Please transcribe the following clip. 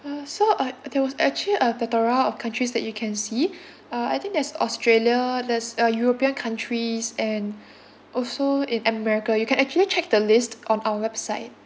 ah so uh there was actually a plethora of countries that you can see uh I think there's australia there's uh european countries and also in america you can actually check the list on our website